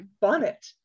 bonnet